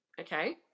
okay